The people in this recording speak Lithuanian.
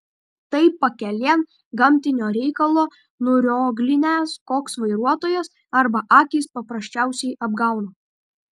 tai pakelėn gamtinio reikalo nurioglinęs koks vairuotojas arba akys paprasčiausiai apgauna